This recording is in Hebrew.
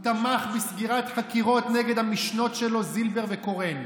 הוא תמך בסגירת חקירות נגד המשנות שלו זילבר וקורן.